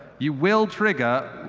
you will trigger